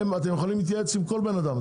אתם יכולים להתייעץ עם כל בן אדם,